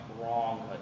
wrong